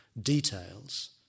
details